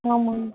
ஆமாங்க